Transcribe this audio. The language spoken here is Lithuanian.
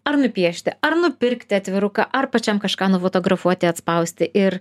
ar nupiešti ar nupirkti atviruką ar pačiam kažką nufotografuoti atspausti ir